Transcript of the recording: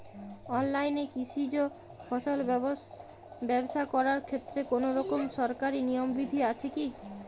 অনলাইনে কৃষিজ ফসল ব্যবসা করার ক্ষেত্রে কোনরকম সরকারি নিয়ম বিধি আছে কি?